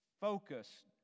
focus